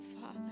father